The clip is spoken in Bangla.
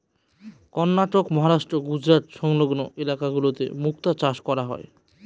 কর্ণাটক, মহারাষ্ট্র, গুজরাট সংলগ্ন ইলাকা গুলোতে মুক্তা চাষ করা হয়